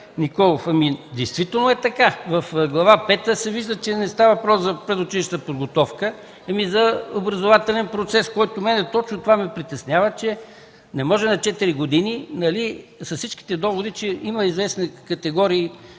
Действително е така, в Глава пета се вижда, че не става въпрос за предучилищна подготовка, а за образователен процес. Мен точно това ме притеснява, че не може на четири години, дори с всички доводи, че има известни категории